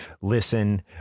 listen